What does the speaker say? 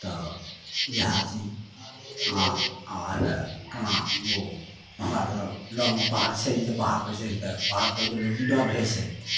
तऽ इएह चीज आओर आओर हेबे कहाँ ओ हमरासभ लगमे पहाड़ छै नहि जे पहाड़पर चढ़िके पहाड़परके लोग निडर रहै छै